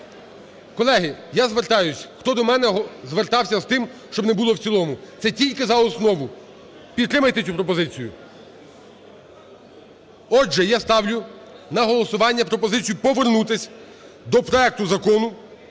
Колеги, я звертаюсь, хто до мене звертався з тим, щоб не було в цілому, це тільки за основу. Підтримайте цю пропозицію. Отже, я ставлю на голосування пропозицію повернутись до проекту Закону